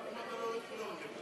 אם אתה לא יורד, כולנו נגד.